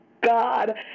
God